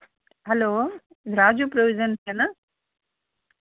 hello Raju ప్రొవిజన్స్ఏనా